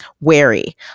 wary